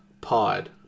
pod